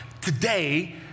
Today